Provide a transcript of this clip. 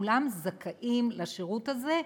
שכולם זכאים לשירות הזה,